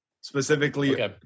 specifically